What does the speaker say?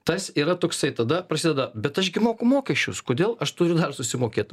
tas yra toksai tada prasideda bet aš gi moku mokesčius kodėl aš turiu dar susimokėt